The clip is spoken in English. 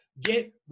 get